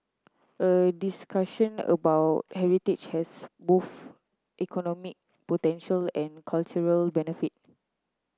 a discussion about heritage has both economic potential and cultural benefit